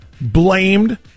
blamed